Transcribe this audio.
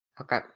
Okay